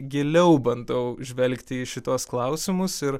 giliau bandau žvelgti į šituos klausimus ir